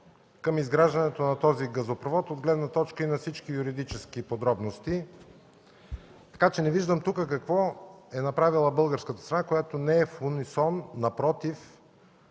към изграждането на този газопровод от гледна точка и на всички юридически подробности, така че не виждам тук какво е направила българската страна, което не е в унисон. Напротив,